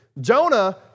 Jonah